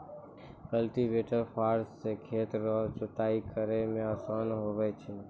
cultivator फार से खेत रो जुताइ करै मे आसान हुवै छै